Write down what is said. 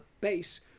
base